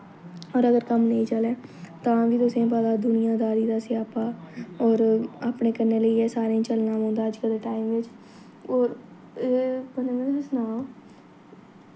होर अगर कम्म नेईं चलै तां बी तुसें पता दुनियादारी दा स्यापा होर अपने कन्नै लेइयै सारें गी चलना पौंदा अज्जकल दे टाइम बिच्च होर तुसें में सनां